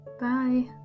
bye